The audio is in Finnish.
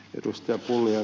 arvoisa puhemies